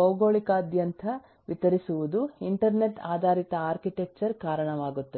ಭೌಗೋಳಿಕದಾದ್ಯಂತ ವಿತರಿಸುವುದು ಇಂಟರ್ನೆಟ್ ಆಧಾರಿತ ಆರ್ಕಿಟೆಕ್ಚರ್ ಕಾರಣವಾಗುತ್ತದೆ